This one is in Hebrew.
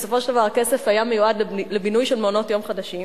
בסופו של דבר הכסף היה מיועד לבינוי של מעונות-יום חדשים.